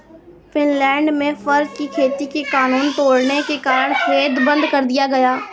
Finland में fur की खेती के कानून तोड़ने के कारण खेत बंद कर दिया गया